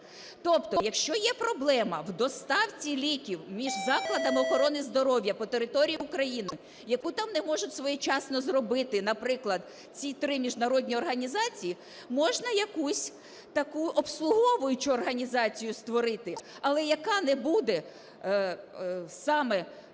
Тобто, якщо є проблема в доставці ліків між закладами охорони здоров'я по території України, яку там не можуть своєчасно зробити, наприклад, ці 3 міжнародні організації, можна якусь таку обслуговуючу організацію створити, але яка не буде саме